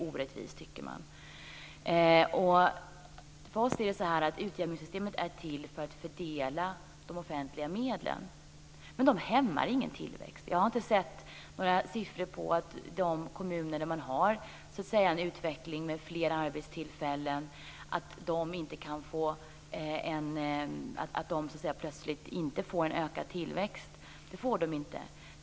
Detta tycker man är orättvist. Vi menar att utjämningssystemet är till för att fördela de offentliga medlen men tillväxten hämmas inte. Jag har inte sett några siffror på att de kommuner där man har en utveckling med fler arbetstillfällen helt plötsligt inte får en ökad tillväxt.